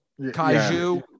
Kaiju